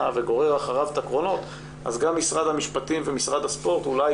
וגורר אחריו את הקרונות אז גם משרד המשפטים ומשרד הספורט אולי